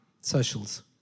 socials